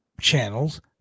channels